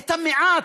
את המעט.